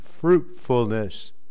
fruitfulness